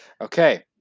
Okay